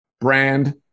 Brand